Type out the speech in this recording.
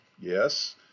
Yes